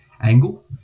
angle